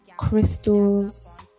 crystals